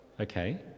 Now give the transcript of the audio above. okay